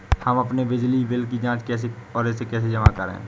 हम अपने बिजली बिल की जाँच कैसे और इसे कैसे जमा करें?